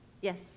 Yes